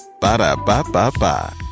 Ba-da-ba-ba-ba